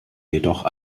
jedoch